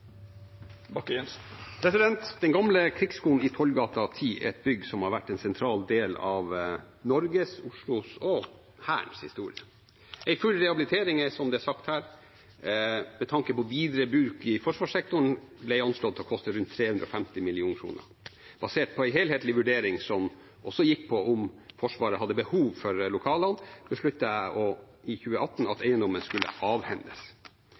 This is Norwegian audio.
videre. Den Gamle Krigsskole i Tollbugata 10 er et bygg som har vært en sentral del av Norges, Oslos og Hærens historie. En full rehabilitering, som det er sagt her, med tanke på videre bruk i forsvarssektoren, ble anslått å koste rundt 350 mill. kr. Basert på en helhetlig vurdering som også gikk på om Forsvaret hadde behov for lokalene, besluttet jeg i 2018 at eiendommen skulle avhendes.